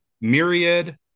Myriad